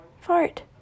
Fart